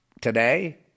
today